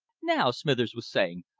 now, smithers was saying,